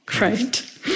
right